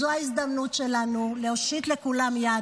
זו ההזדמנות שלנו להושיט לכולם יד,